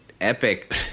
Epic